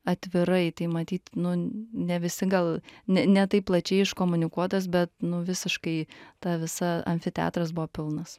atvirai tai matyt nu ne visi gal ne ne taip plačiai iškomunikuotas bet nu visiškai ta visa amfiteatras buvo pilnas